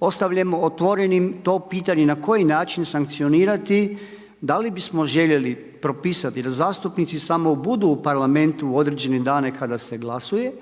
ostavljamo otvorenim to pitanje na koji način sankcionirati da li bismo željeli propisati je li zastupnici samo budu u Parlamentu u određene dane kada se glasuje